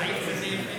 צעיף כזה יפה.